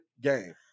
game